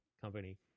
company